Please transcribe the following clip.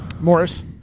Morris